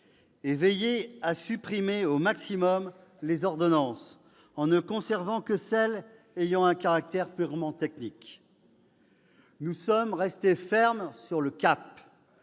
veillé à supprimer au maximum les ordonnances, en ne conservant que celles qui avaient un caractère purement technique. Nous sommes restés fermes sur le cap,